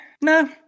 No